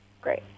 Great